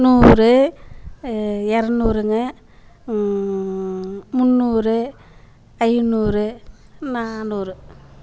நூறு ஏரநூறுங்க முந்நூறு ஐநூறு நானூறு